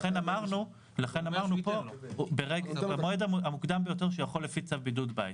אמרנו שמדובר במועד המוקדם ביותר שהוא יכול לפי צו בידוד בית.